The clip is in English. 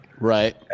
Right